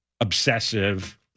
obsessive